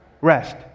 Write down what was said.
rest